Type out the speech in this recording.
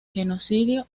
genocidio